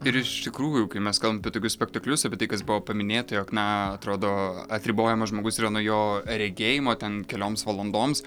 ir iš tikrųjų kai mes kalbam apie tokius spektaklius apie tai kas buvo paminėta jog na atrodo atribojamas žmogus yra nuo jo regėjimo ten kelioms valandoms